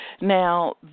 Now